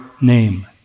name